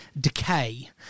decay